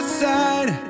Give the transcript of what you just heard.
side